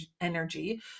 energy